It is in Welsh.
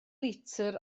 litr